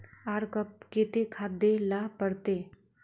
आर कब केते खाद दे ला पड़तऐ?